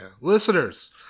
Listeners